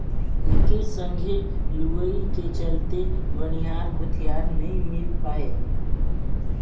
एके संघे लुवई के चलते बनिहार भूतीहर नई मिल पाये